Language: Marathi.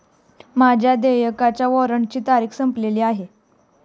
माझ्या देयकाच्या वॉरंटची तारीख संपलेली आहे